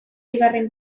bigarren